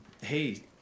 hey